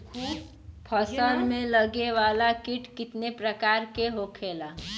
फसल में लगे वाला कीट कितने प्रकार के होखेला?